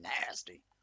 nasty